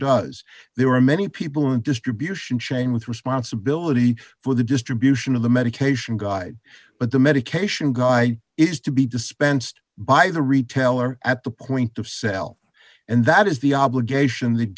does there are many people in distribution chain with responsibility for the distribution of the medication guide but the medication guy is to be dispensed by the retailer at the point of sale and that is the obligation that